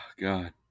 God